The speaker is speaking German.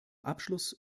abschluss